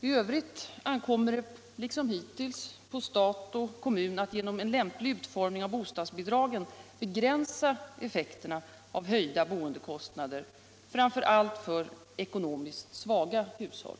I övrigt ankommer det, liksom hittills, på stat och kommun att genom en lämplig utformning av bostadsbidragen begränsa effekterna av höjda boendekostnader, framför allt för ekonomiskt svaga hushåll.